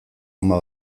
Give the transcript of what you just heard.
ama